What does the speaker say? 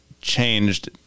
changed